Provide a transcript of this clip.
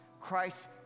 Christ